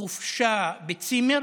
חופשה בצימר,